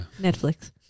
Netflix